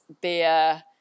beer